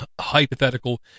hypothetical